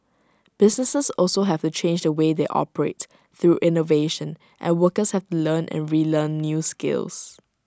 businesses also have to change the way they operate through innovation and workers have to learn and relearn new skills